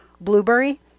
Blueberry